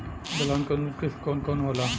दलहन के उन्नत किस्म कौन कौनहोला?